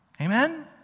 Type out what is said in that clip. Amen